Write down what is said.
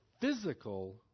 physical